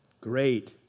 Great